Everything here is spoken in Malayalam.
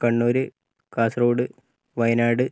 കണ്ണൂർ കാസർഗോഡ് വയനാട്